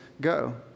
go